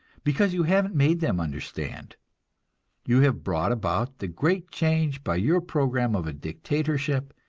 because you haven't made them understand you have brought about the great change by your program of a dictatorship,